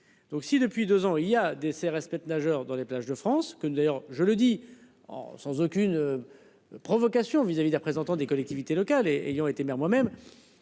donc si depuis 2 ans il y a des CRS, maîtres nageurs dans les plages de France, que d'ailleurs je le dis en sans aucune. Provocation vis-à-vis des représentants des collectivités locales et ayant été maire moi-même.